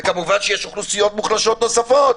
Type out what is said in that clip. וכמובן שיש אוכלוסיות מוחלשות נוספות.